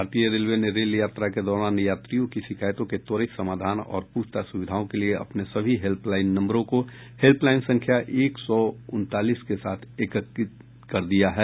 भारतीय रेलवे ने रेल यात्रा के दौरान यात्रियों की शिकायतों के त्वरित समाधान और पूछताछ सुविधाओं के लिए अपने सभी हेल्पलाइन नम्बरों को हेल्पलाइन संख्या एक सौ उनतालीस के साथ एकीकृत कर दिया है